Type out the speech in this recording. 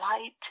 light